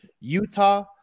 Utah